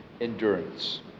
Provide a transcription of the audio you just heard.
endurance